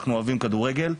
אנחנו אוהבים כדורגל,